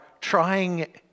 trying